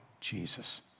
Jesus